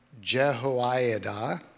Jehoiada